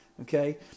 Okay